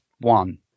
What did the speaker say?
one